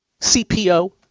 CPO